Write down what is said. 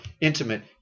intimate